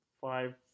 five